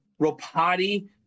Ropati